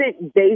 based